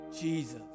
Jesus